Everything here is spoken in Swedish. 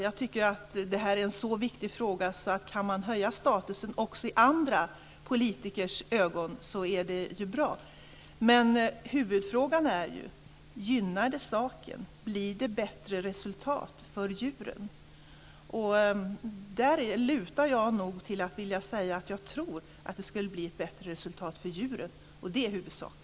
Jag tycker att det är en så viktig fråga att det är bra om man kan höja statusen också i andra politikers ögon. Huvudfrågan är ju: Gynnar det djuren? Blir det bättre resultat för djuren? Där lutar jag nog åt att vilja säga att jag tror att det skulle bli ett bättre resultat för djuren, och det är huvudsaken.